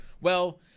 Well-